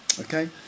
Okay